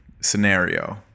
scenario